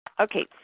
Okay